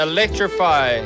Electrify